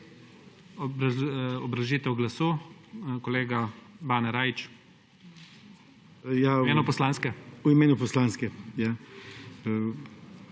Obrazložitev glasu, kolega Bane Rajić. V imenu poslanske?